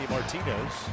Martinez